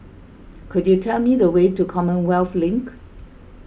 could you tell me the way to Commonwealth Link